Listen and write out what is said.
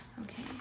Okay